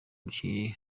umukinnyi